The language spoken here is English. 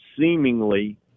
seemingly